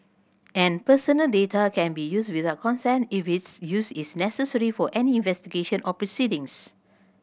and personal data can be used without consent if its use is necessary for any investigation or proceedings